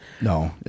no